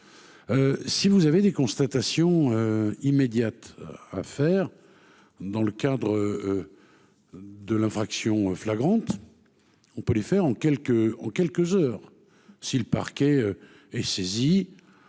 si vous avez des constatations immédiates à faire dans le cadre de l'infraction flagrante, on peut les faire en quelques en quelques heures si le parquet est saisi,